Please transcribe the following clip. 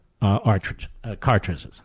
cartridges